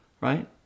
Right